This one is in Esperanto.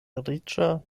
riĉa